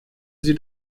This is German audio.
sie